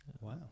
Wow